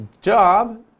job